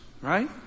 right